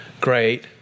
great